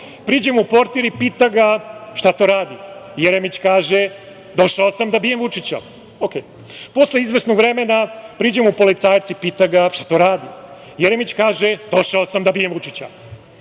priđe mu portir i pita ga, šta to radi? Jeremić kaže – došao sam da bijem Vučića. Posle izvesnog vremena priđe mu policajac i pita ga, šta to radi? Jeremić kaže - došao sam da bijem Vučića.